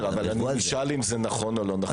השאלה אם זה נכון או לא.